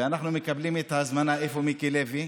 ואנחנו מקבלים את ההזמנה, איפה מיקי לוי?